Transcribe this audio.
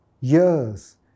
years